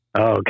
Okay